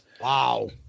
Wow